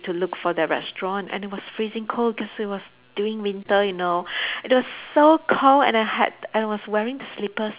to look for the restaurant and it was freezing cold cause it was during winter you know it was so cold and I had and I was wearing slippers